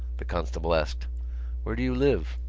the constable asked where do you live?